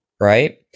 right